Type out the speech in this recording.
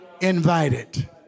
invited